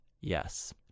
yes